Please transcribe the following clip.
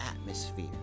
atmosphere